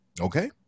okay